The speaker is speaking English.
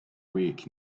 week